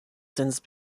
since